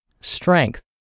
strength